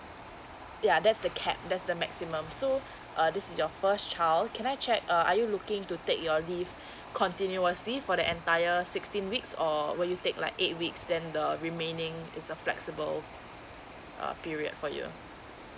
yeah that's the cap that's the maximum so uh this is your first child can I check uh are you looking to take your leave continuously for the entire sixteen weeks or will you take like eight weeks then the remaining it's a flexible uh period for you